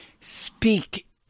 speak